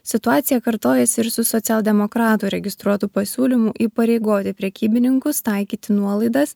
situacija kartojasi ir su socialdemokratų registruotu pasiūlymu įpareigoti prekybininkus taikyti nuolaidas